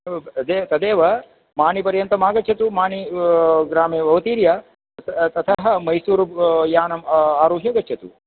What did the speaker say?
तदेव तदेव माणिपर्यन्तम् आगच्छतु माणि ग्रामे अवतीर्य तत मैसूरु यानम् आरुह्य गच्छतु